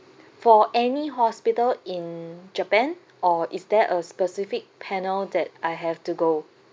for any hospital in japan or is there a specific panel that I have to go